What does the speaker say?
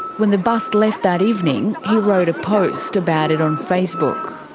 when the bus left that evening, he wrote a post about it on facebook.